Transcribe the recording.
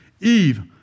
Eve